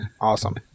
Awesome